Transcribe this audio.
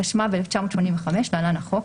התשמ"ו-1985 (להלן-החוק),